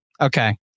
okay